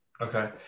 Okay